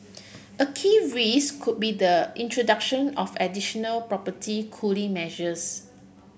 a key risk could be the introduction of additional property cooling measures